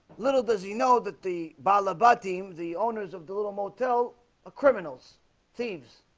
little does he know that the balla bottom the owners of the little motel a criminal's themes